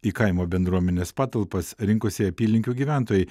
į kaimo bendruomenės patalpas rinkosi apylinkių gyventojai